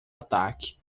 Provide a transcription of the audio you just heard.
ataque